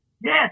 Yes